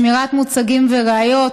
שמירת מוצגים וראיות,